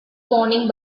spawning